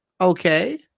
Okay